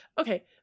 Okay